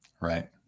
Right